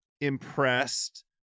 impressed